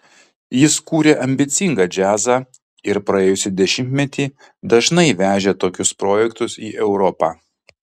jis kūrė ambicingą džiazą ir praėjusį dešimtmetį dažnai vežė tokius projektus į europą